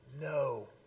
no